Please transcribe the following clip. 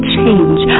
change